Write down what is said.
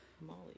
Molly